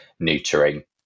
neutering